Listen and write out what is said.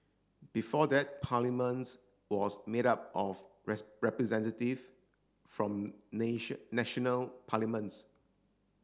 before that Parliaments was made up of representative from national parliaments